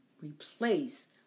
replace